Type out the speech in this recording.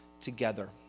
together